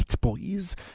boys